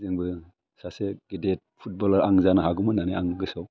जोंबो सासे गेदेर फुटबलार आं जानो हागौमोन होन्नानै आं गोसोआव